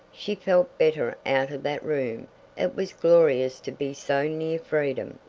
she felt better out of that room it was glorious to be so near freedom.